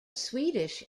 swedish